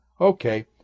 Okay